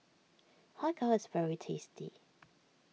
Har Kow is very tasty